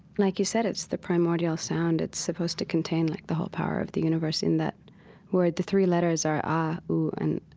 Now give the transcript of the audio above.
like you said it's the primordial sound. it's supposed to contain, like, the whole power of the universe in that word. the three letters are ah, oo, and